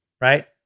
Right